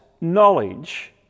knowledge